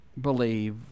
believe